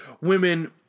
women